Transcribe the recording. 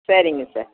சரிங்க சார்